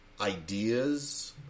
ideas